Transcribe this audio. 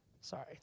Sorry